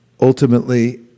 ultimately